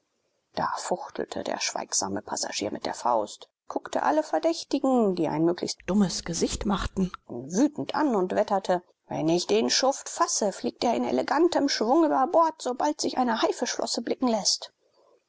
da fuchtelte der schweigsame passagier mit der faust guckte alle verdächtigen die ein möglichst dummes gesicht machten wütend an und wetterte wenn ich den schuft fasse fliegt er in elegantem schwung über bord sobald sich eine haifischflosse blicken läßt